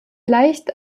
leicht